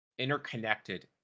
interconnected